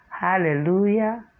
hallelujah